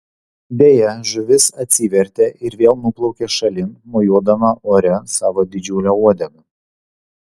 deja žuvis atsivertė ir vėl nuplaukė šalin mojuodama ore savo didžiule uodega